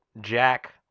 Jack